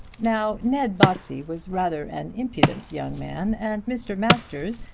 now ned botsey was rather an impudent young man, and mr. masters,